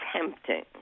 tempting